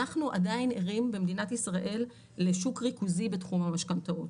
אנחנו עדיין ערים במדינת ישראל לשוק ריכוזי בתחום המשכנתאות.